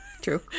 True